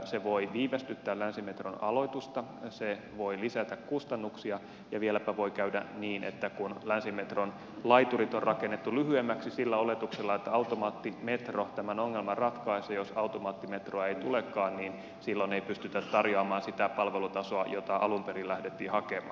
se voi viivästyttää länsimetron aloitusta se voi lisätä kustannuksia ja vieläpä voi käydä niin että kun länsimetron laiturit on rakennettu lyhyemmiksi sillä oletuksella että automaattimetro tämän ongelman ratkaisee jos automaattimetroa ei tulekaan niin silloin ei pystytä tarjoamaan sitä palvelutasoa jota alun perin lähdettiin hakemaan